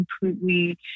completely